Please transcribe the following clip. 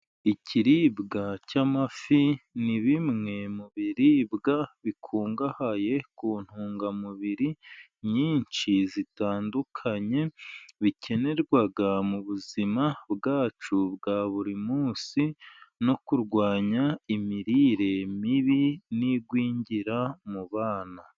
Ikiribwa cy'amafi ni bimwe mu biribwa bikungahaye ku ntungamubiri nyinshi zitandukanye bikenerwa mu buzima bwacu bwa buri munsi, no kurwanya imirire mibi n'igwingira mu bana.